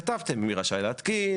ששם כתבתם מי רשאי להתקין,